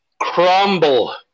Crumble